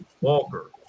Walker